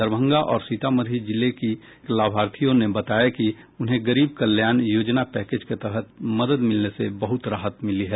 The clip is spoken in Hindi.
दरभंगा और सीतामढ़ी जिले के लाभार्थियों ने बताया कि उन्हें गरीब कल्याण योजना पैकेज के तहत मदद मिलने से बहुत राहत मिली है